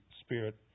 Spirit